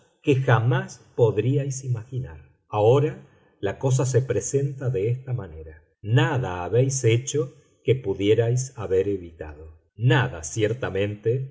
que jamás podríais imaginar ahora la cosa se presenta de esta manera nada habéis hecho que pudierais haber evitado nada ciertamente